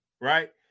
Right